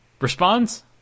responds